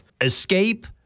escape